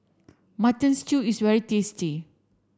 mutton stew is very tasty